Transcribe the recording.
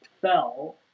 fell